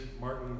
Martin